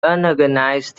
unorganized